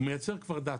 הוא מייצר כבר דאטה.